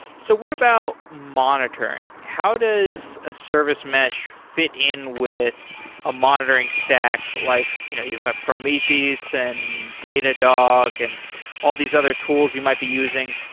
so what about monitoring? how does a service mesh fit in with a monitoring stack, like you know you've got prometheus and datadog and all these other tools you might be using?